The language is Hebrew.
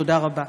תודה רבה.